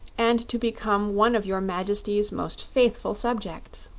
and to become one of your majesty's most faithful subjects.